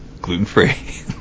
gluten-free